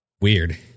weird